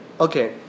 Okay